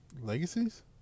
Legacies